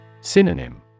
Synonym